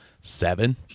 seven